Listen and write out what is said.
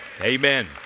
Amen